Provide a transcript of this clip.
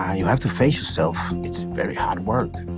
ah you have to face yourself. it's very hard work.